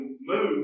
move